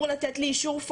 בדיוק,